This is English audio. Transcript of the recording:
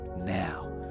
now